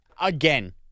Again